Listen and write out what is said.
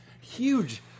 Huge